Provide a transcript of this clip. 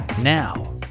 Now